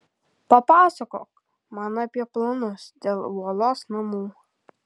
papasakok man apie planus dėl uolos namų